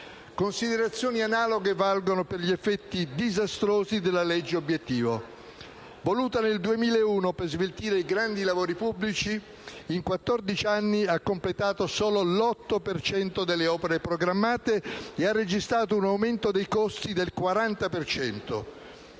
Considerazioni analoghe possiamo fare sugli effetti disastrosi della legge obiettivo. Voluta nel 2001 per sveltire i grandi lavori pubblici, in quattordici anni ha completato solo l'8 per cento delle opere programmate e ha registrato un aumento dei costi del 40